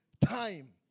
time